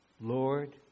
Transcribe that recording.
Lord